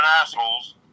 assholes